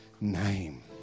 name